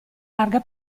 larga